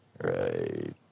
right